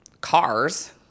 cars